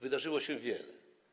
Wydarzyło się wiele.